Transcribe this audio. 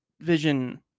vision